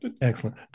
excellent